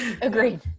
Agreed